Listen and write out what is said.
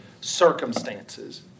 circumstances